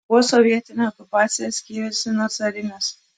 kuo sovietinė okupacija skyrėsi nuo carinės